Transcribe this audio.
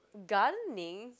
gardening